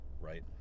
right